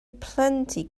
plenty